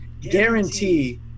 guarantee